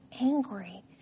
angry